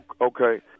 Okay